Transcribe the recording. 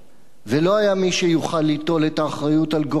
ולא היה מי שיוכל ליטול את האחריות לגורלנו,